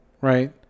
right